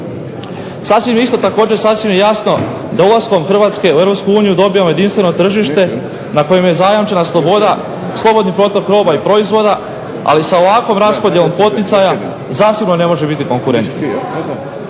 Sasvim je jasno da ulaskom hrvatske u Europsku uniju dobijamo jedinstveno područje na kojima je zajamčena sloboda, slobodni protok roba i proizvoda, ali sa ovakvom raspodjelom poticaja zasigurno ne može biti konkurentan.